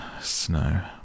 snow